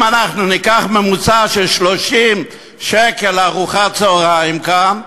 אם אנחנו ניקח ממוצע של 30 שקל לארוחת צהריים כאן,